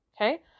Okay